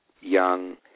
young